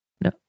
No